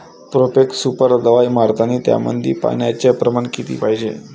Profex super दवाई मारतानी त्यामंदी पान्याचं प्रमाण किती पायजे?